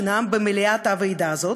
שנאם במליאת הוועידה הזאת,